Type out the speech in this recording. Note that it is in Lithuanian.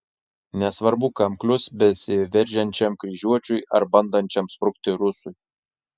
nesvarbu kam klius besiveržiančiam kryžiuočiui ar bandančiam sprukti rusui